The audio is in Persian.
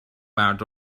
مرد